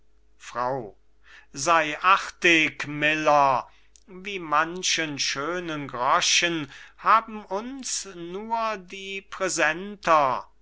frau sei artig miller wie manchen schönen groschen haben uns nur die